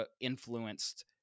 influenced